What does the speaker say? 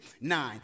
Nine